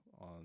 on